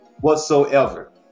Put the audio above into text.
whatsoever